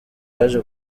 yaje